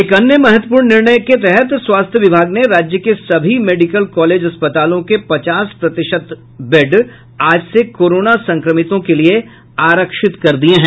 एक अन्य महत्वपूर्ण निर्णय के तहत स्वास्थ्य विभाग ने राज्य के सभी मेडिकल कॉलेज अस्पतालों के पचास प्रतिशत बेड आज से कोरोना संक्रमितों के लिये आरक्षित कर दिये हैं